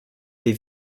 les